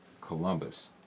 Columbus